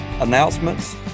announcements